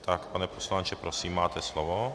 Tak, pane poslanče, prosím, máte slovo.